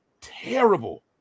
terrible